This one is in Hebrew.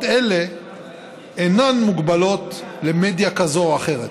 אלה אינן מוגבלות למדיה כזו או אחרת.